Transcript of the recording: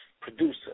producer